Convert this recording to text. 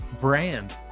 brand